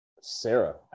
Sarah